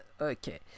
Okay